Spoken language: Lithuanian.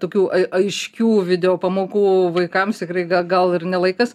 tokių a aiškių videopamokų vaikams tikrai ga gal ir ne laikas